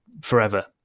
forever